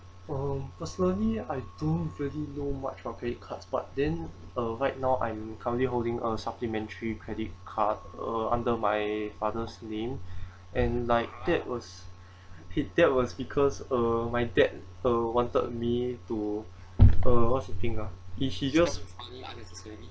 uh personally I don't really know much about credit cards but then uh right now I'm currently holding a supplementary credit card uh under my father's name and like that was he that was because uh my dad uh wanted me to uh what's the thing ah he he just